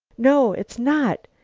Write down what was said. no, it's not.